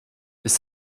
ist